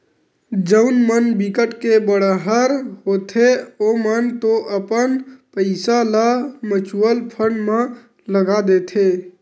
जउन मन बिकट के बड़हर होथे ओमन तो अपन पइसा ल म्युचुअल फंड म लगा देथे